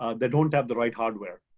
ah they don't have the right hardware.